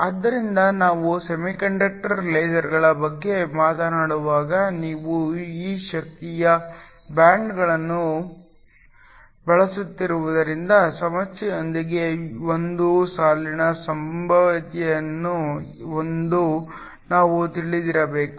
ಆದ್ದರಿಂದ ನಾವು ಸೆಮಿಕಂಡಕ್ಟರ್ ಲೇಸರ್ಗಳ ಬಗ್ಗೆ ಮಾತನಾಡುವಾಗ ನೀವು ಶಕ್ತಿಯ ಬ್ಯಾಂಡ್ಗಳನ್ನು ಬಳಸುತ್ತಿರುವುದರಿಂದ ಸಮಸ್ಯೆಯೊಂದಿಗೆ ಒಂದು ಸಾಲಿನ ಸಂಭಾವ್ಯತೆಯಿದೆ ಎಂದು ನಾವು ತಿಳಿದಿರಬೇಕು